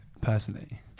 personally